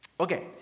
Okay